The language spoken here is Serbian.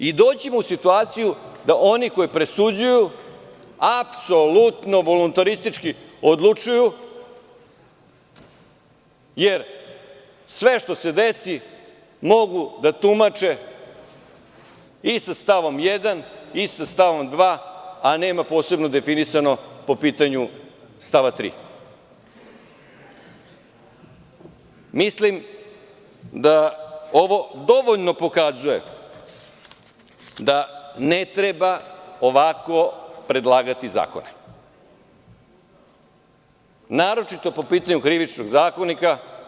Doći ćemo u situaciju da oni koji presuđuju apsolutno voluntaristički odlučuju, jer sve što se desi mogu da tumače i sa stavom 1. i sa stavom 2, a nema posebno definisano po pitanju stava 3. Mislim da ovo dovoljno pokazuje da ne treba ovako predlagati zakone, a naročito po pitanju Krivičnog zakonika.